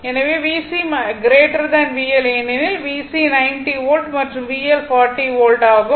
எனவே VC VL ஏனெனில் VC 90 volt மற்றும் VL 40 வோல்ட் ஆகும்